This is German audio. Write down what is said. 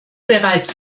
bereits